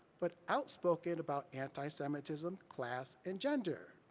but outspoken about anti-semitism, class, and gender?